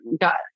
got